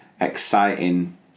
exciting